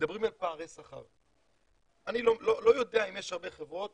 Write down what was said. מדברים על פערי שכר, אני לא יודע אם יש הרבה חברות